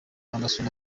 anderson